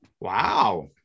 Wow